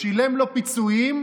שילם לו פיצויים.